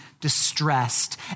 distressed